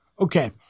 Okay